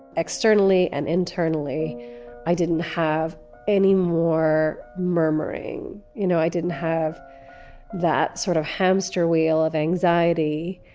externally and internally i didn't have any more murmuring you know i didn't have that sort of hamster wheel of anxiety,